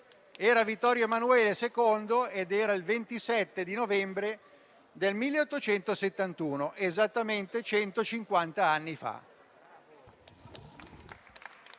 Era Vittorio Emanuele II ed era il 27 novembre del 1871, esattamente 150 anni fa.